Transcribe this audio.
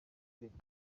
irenga